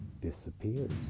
disappears